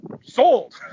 sold